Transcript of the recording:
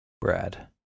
Brad